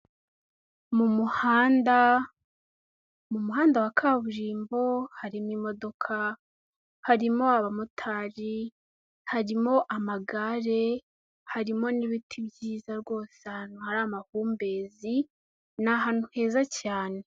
Mu muhanda, mu muhanda wa kaburimbo, haririmo imodoka, harimo abamotari, harimo amagare, harimo n'ibiti byiza rwose, ahantu hari amahumbezi ni ahantu heza cyane.